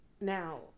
now